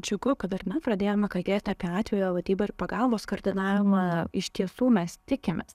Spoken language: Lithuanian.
džiugu kad dar nepradėjome kagėti apie atvejo vadybą ir pagalbos koordinavimą iš tiesų mes tikimės